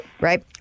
right